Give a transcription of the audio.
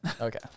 Okay